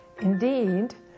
indeed